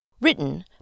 Written